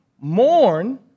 mourn